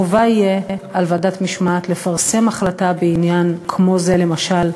תהיה חובה על ועדת המשמעת לפרסם החלטה בעניין כמו זה למשל,